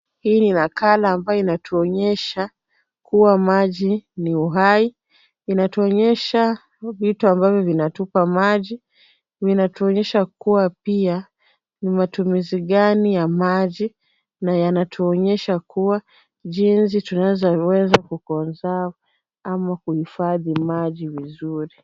Hii ni nakala ambayo inatuonyesha kuwa maji ni uhai. Inatuonyesha vitu ambavyo vinatupa maji . Vina tuonyesha kuwa pia ni matumizi gani ya maji na yanatuonyesha kuwa jinsi tunaweza ku conserve ama kuhifadhi maji vizuri.